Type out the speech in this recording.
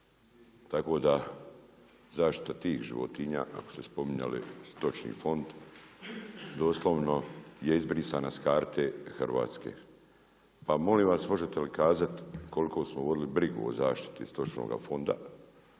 tako da zaštita tih životinja ako ste spominjali Stočni fond doslovno je izbrisana s karte Hrvatske. Pa molim vas možete li kazati koliko smo vodili brigu o zaštiti stočnoga fonda,